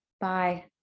Bye